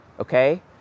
okay